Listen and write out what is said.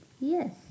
Yes